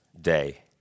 day